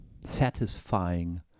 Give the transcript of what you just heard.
satisfying